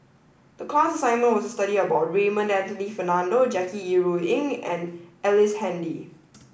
the class assignment was to study about Raymond Anthony Fernando Jackie Yi Ru Ying and Ellice Handy